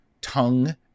tongue